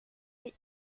est